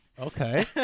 Okay